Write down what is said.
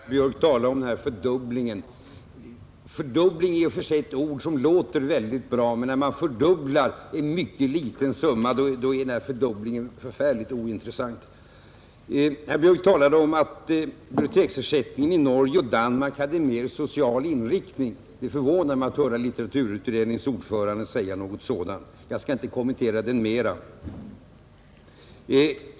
Herr talman! Jag tycker det är tråkigt att höra herr Björk i Göteborg tala om den här fördubblingen. Fördubbling är i och för sig ett ord som låter bra, men om man fördubblar en mycket liten summa är fördubblingen minst sagt ointressant. Herr Björk talade om att biblioteksersättningen i Norge och Danmark hade en mer social inriktning. Det förvånar mig att höra litteraturutredningens ordförande säga någonting sådant. Jag skall inte här kommentera påståendet utförligare.